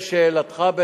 לשאלתך,